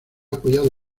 apoyado